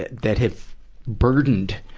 that have burdened,